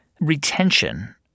retention